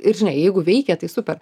ir žinai jeigu veikia tai super